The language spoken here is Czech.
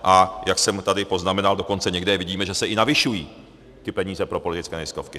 A jak jsem tady poznamenal, dokonce někde vidíme, že se i navyšují ty peníze pro politické neziskovky.